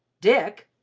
dick!